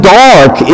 dark